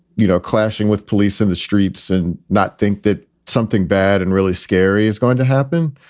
you know, clashing with police in the streets and not think that something bad and really scary is going to happen.